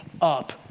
up